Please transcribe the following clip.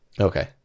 Okay